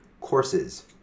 courses